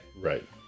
Right